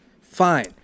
fine